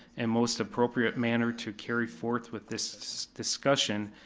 and most appropriate manner to carry forth with this discussion,